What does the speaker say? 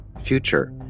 future